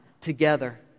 together